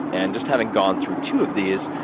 and just having gone through two of these,